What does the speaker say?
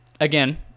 again